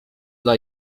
dla